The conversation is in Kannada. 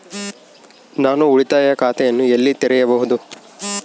ನಾನು ಉಳಿತಾಯ ಖಾತೆಯನ್ನು ಎಲ್ಲಿ ತೆರೆಯಬಹುದು?